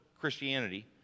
Christianity